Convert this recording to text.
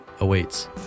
awaits